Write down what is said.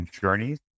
journeys